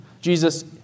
Jesus